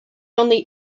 only